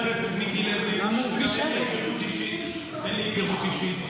חבר הכנסת מיקי לוי, אין לי היכרות אישית.